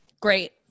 Great